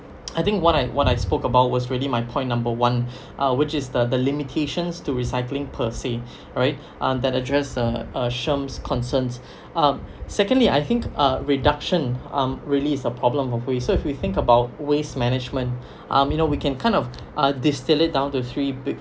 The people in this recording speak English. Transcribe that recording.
I think what I what I spoke about was really my point number one uh which is the the limitations to recycling per se right uh that address uh sherm's concerns uh secondly I think a reduction um really is a problem of waste so if we think about waste management um you know we can kind of uh distill it down to three big